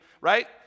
right